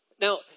Now